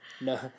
no